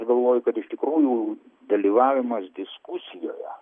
aš galvoju kad iš tikrųjų dalyvavimas diskusijoje